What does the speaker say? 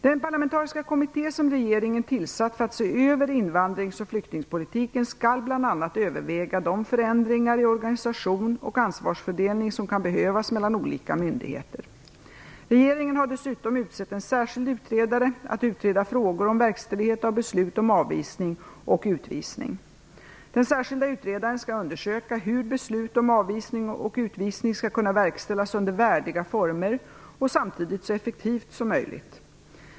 Den parlamentariska kommitté som regeringen tillsatt för att se över invandrings och flyktingpolitiken skall bl.a. överväga de förändringar i organisation och ansvarsfördelning som kan behövas mellan olika myndigheter. Regeringen har dessutom utsett en särskild utredare att utreda frågor om verkställighet av beslut om avvisning och utvisning. Den särskilda utredaren skall undersöka hur beslut om avvisning och utvisning skall kunna verkställas under värdiga former och samtidigt så effektivt som möjligt.